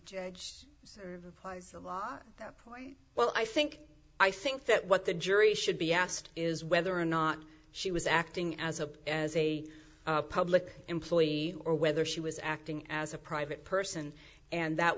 judge applies the law that point well i think i think that what the jury should be asked is whether or not she was acting as a as a public employee or whether she was acting as a private person and that